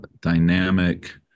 dynamic